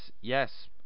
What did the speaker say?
yes